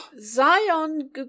Zion